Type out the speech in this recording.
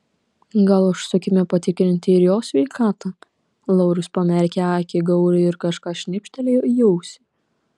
gal užsukime patikrinti ir jo sveikatą laurius pamerkė akį gauriui ir kažką šnibžtelėjo į ausį